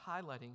highlighting